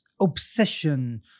obsession